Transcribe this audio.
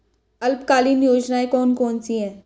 अल्पकालीन योजनाएं कौन कौन सी हैं?